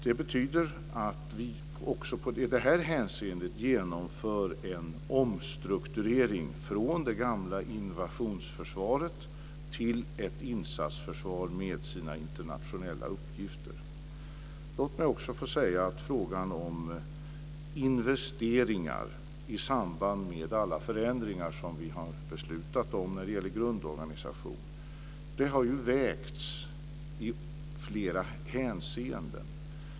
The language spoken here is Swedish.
Det betyder att vi också i det hänseendet genomför en omstrukturering från det gamla invasionsförsvaret till ett insatsförsvar med internationella uppgifter. Låt mig också få säga att frågan om investeringar i samband med alla förändringar som vi har beslutat om när det gäller grundorganisationen har vägts i flera hänseenden.